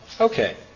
Okay